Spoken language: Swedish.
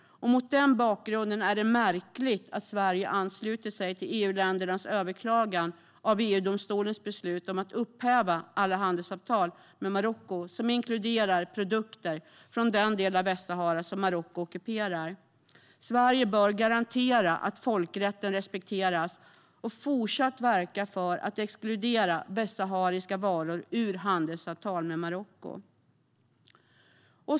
Mot den bakgrunden är det märkligt att Sverige ansluter sig till EU-ländernas överklagan av EU-domstolens beslut att upphäva alla handelsavtal med Marocko som inkluderar produkter från den del av Västsahara som Marocko ockuperar. Sverige bör garantera att folkrätten respekteras och fortsatt verka för att exkludera västsahariska varor ur handelsavtal med Marocko.